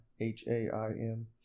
H-A-I-M